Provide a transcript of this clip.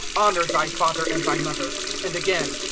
honour thy father and thy mother and again,